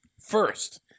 first